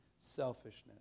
selfishness